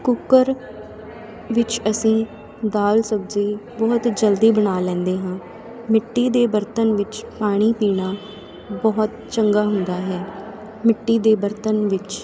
cooker ਵਿੱਚ ਅਸੀਂ ਦਾਲ ਸਬਜ਼ੀ ਬਹੁਤ ਜਲਦੀ ਬਣਾ ਲੈਂਦੇ ਹਾਂ ਮਿੱਟੀ ਦੇ ਬਰਤਨ ਵਿੱਚ ਪਾਣੀ ਪੀਣਾ ਬਹੁਤ ਚੰਗਾ ਹੁੰਦਾ ਹੈ ਮਿੱਟੀ ਦੇ ਬਰਤਨ ਵਿੱਚ